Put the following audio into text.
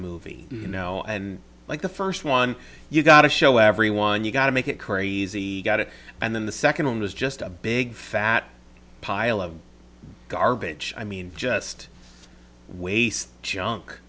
movie you know and like the first one you got to show everyone you got to make it crazy got it and then the second one was just a big fat pile of garbage i mean just waste junk